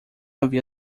havia